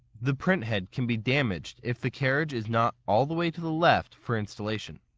the print head can be damaged if the carriage is not all the way to the left for installation.